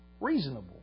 Reasonable